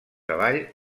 avall